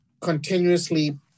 continuously